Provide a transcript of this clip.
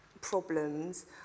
problems